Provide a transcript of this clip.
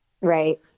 right